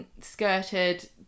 skirted